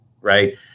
right